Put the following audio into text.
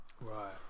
Right